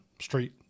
street